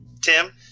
Tim